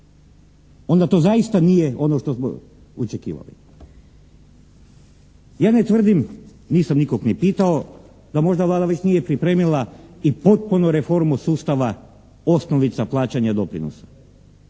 onda to zaista nije ono što smo očekivali. Ja ne tvrdim, nisam nikog ni pitao, da možda Vlada nije već pripremila i potpunu reformu sustava osnovica plaćanja doprinosa.